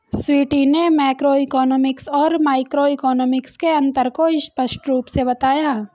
स्वीटी ने मैक्रोइकॉनॉमिक्स और माइक्रोइकॉनॉमिक्स के अन्तर को स्पष्ट रूप से बताया